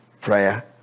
Prayer